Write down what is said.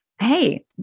hey